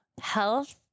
health